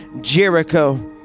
Jericho